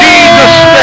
Jesus